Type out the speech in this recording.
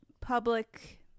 public